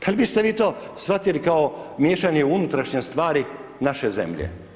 Pa jel biste vi to shvatili kao miješanje u unutrašnje stvari naše zemlje?